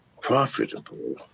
profitable